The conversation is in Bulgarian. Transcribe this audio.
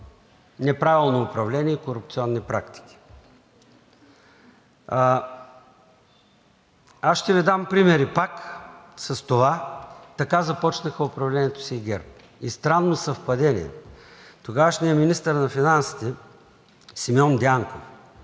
неправилно управление и корупционни практики. Аз пак ще Ви дам примери с това. Така започнаха управлението си и ГЕРБ – странно съвпадение. Тогавашният министър на финансите Симеон Дянков